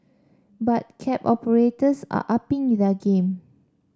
but cab operators are upping their game